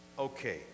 Okay